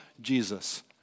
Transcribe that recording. Jesus